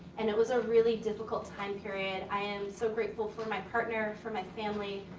and it was a really difficult time period. i am so grateful for my partner, for my family,